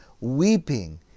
weeping